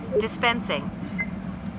dispensing